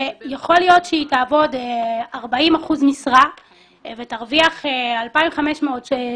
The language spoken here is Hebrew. יכול להיות שהיא תעבוד 40 אחוזי משרה ותרוויח 2,500 שקלים או